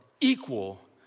equal